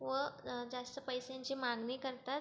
व जास्त पैशांची मागणी करतात